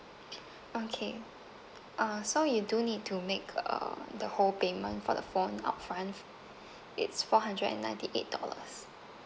okay uh so you do need to make uh the whole payment for the phone upfront it's four hundred and ninety eight dollars